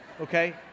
okay